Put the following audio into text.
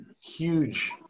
huge